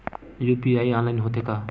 UPI online होथे का?